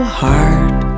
heart